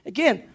Again